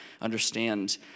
understand